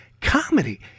comedy